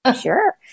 sure